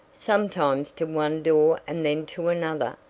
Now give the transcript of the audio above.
sometimes to one door and then to another,